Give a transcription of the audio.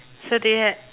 so do you have